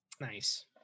nice